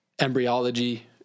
embryology